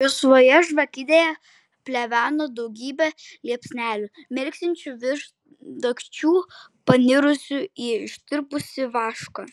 juosvoje žvakidėje pleveno daugybė liepsnelių mirksinčių virš dagčių panirusių į ištirpusį vašką